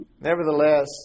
Nevertheless